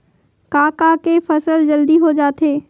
का का के फसल जल्दी हो जाथे?